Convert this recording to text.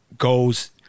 Goes